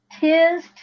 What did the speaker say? tis